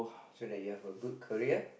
so that you have a good career